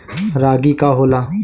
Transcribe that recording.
रागी का होला?